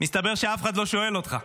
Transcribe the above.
מסתבר שאף אחד לא שואל אותך.